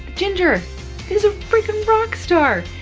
ginger is a freaking rock star.